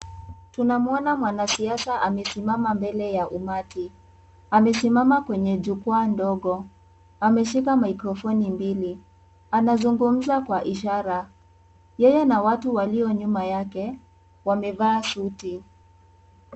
Tunamwona mwana siasa amesimama mbele ya umati, amesimama kwenye jukwaa ndogo, ameshika microphone mbili, anazungumza kwa ishara, yeye na watu walio nyuma yake wamevaa suti.